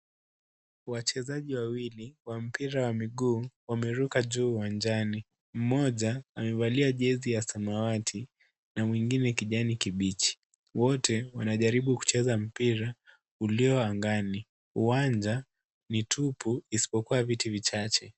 Wachezaji wawili wa mpira wa miguu wameruka juu uwanjani, mmoja amevalia jersey ya samamwati na mwingine kijani kibichi, wote wanajaribu kucheza mpira ulio angani, uwanja ni tupu isipokua viti vichache.